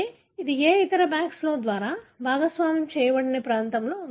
అంటే ఇది ఏ ఇతర BACS ద్వారా భాగస్వామ్యం చేయబడని ప్రాంతంలో ఉంది